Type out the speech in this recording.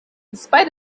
spite